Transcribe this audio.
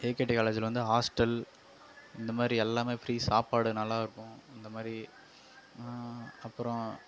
AKT காலேஜில் வந்து hostel இந்த மாதிரி எல்லாமே ஃப்ரீ சாப்பாடு நல்லா இருக்கும் இந்த மாதிரி அப்புறோம்